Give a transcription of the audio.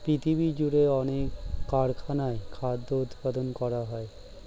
পৃথিবীজুড়ে অনেক কারখানায় খাদ্য উৎপাদন করা হয়